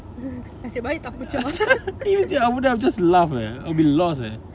nasib baik tak pecah